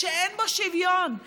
שאין בו שוויון,